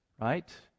right